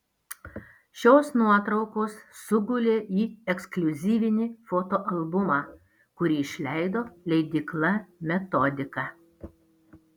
šios nuotraukos sugulė į ekskliuzyvinį fotoalbumą kurį išleido leidykla metodika